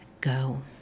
go